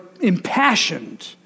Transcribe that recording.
impassioned